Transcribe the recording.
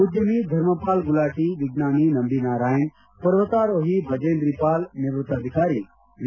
ಉದ್ಯಮಿ ಧರ್ಮಪಾಲ್ ಗುಲಾಟಿ ವಿಜ್ಞಾನಿ ನಂಬಿ ನಾರಾಯಣ್ ಪರ್ವತಾರೋಹಿ ಬಚೇಂದ್ರಿಪಾಲ್ ನಿವೃತ್ತ ಅಧಿಕಾರಿ ವಿ